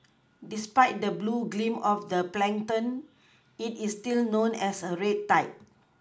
despite the blue gleam of the plankton it is still known as a red tide